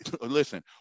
listen